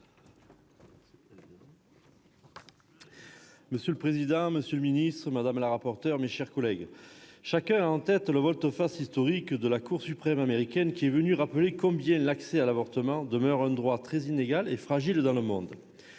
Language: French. Monsieur le président, monsieur le garde des sceaux, mes chers collègues, chacun a en tête la volte-face historique de la Cour suprême américaine, qui est venue rappeler combien l'accès à l'avortement demeure très inégal et fragile dans le monde.